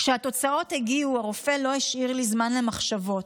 כשהתוצאות הגיעו, הרופא לא השאיר לי זמן למחשבות.